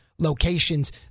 Locations